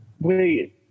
Wait